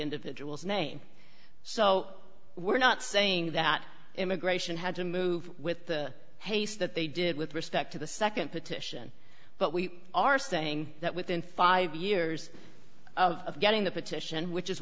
individual's name so we're not saying that immigration had to move with haste that they did with respect to the nd petition but we are saying that within five years of getting the petition which is